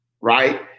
right